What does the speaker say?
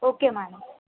okay madam